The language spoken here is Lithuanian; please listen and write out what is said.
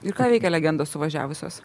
ir ką veikia legendos suvažiavusios